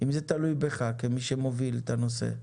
אם זה תלוי בך, כמי שמוביל את הנושא,